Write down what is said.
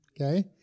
Okay